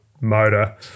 motor